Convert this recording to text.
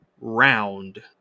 round